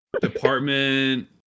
department